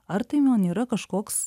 ar tai man yra kažkoks